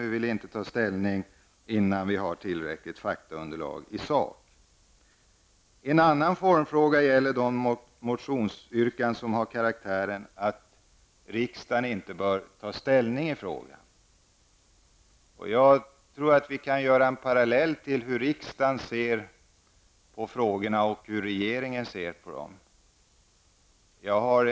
Vi vill inte ta ställning innan vi har ett tillräckligt faktaunderlag i sak. En annan formfråga gäller de motionsyrkanden som har den karaktären att riksdagen inte bör ta ställning. Jag tror att vi här kan dra en parallell och göra en jämförelse mellan riksdagens och regeringens syn på frågorna.